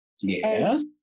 Yes